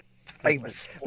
famous